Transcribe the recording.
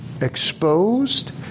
exposed